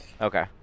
Okay